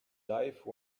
life